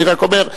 אני רק אומר,